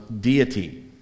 deity